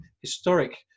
historic